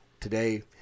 today